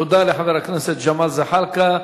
תודה לחבר הכנסת ג'מאל זחאלקה.